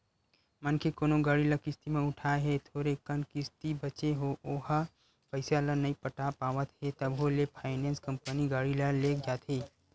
मनखे कोनो गाड़ी ल किस्ती म उठाय हे थोरे कन किस्ती बचें ओहा पइसा ल नइ पटा पावत हे तभो ले फायनेंस कंपनी गाड़ी ल लेग जाथे